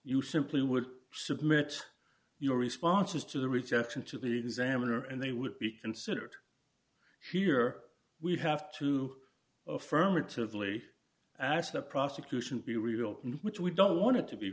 you simply would submit your responses to the rejection to the examiner and they would be considered here we have to affirmatively ask the prosecution to be rebuilt and which we don't want to be